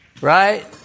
Right